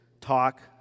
talk